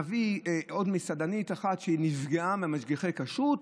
נביא עוד מסעדנית אחת שנפגעה ממשגיחי הכשרות,